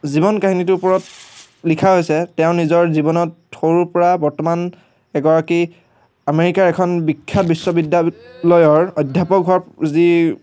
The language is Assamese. জীৱন কাহিনীটোৰ ওপৰত লিখা হৈছে তেওঁ নিজৰ জীৱনত সৰুৰ পৰা বৰ্তমান এগৰাকী আমেৰিকাৰ এখন বিখ্যাত বিশ্ববিদ্যালয়ৰ অধ্যাপক হোৱা যি